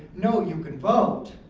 no you can vote.